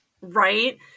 Right